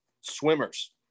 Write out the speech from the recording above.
swimmers